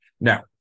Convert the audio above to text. now